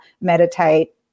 meditate